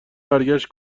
برگشت